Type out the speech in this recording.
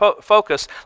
focus